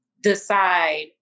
decide